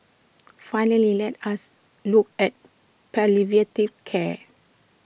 finally let us look at care